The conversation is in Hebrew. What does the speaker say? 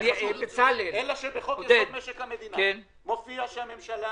לא --- בצלאל ------ אלא שבחוק-יסוד: משק המדינה מופיע שהממשלה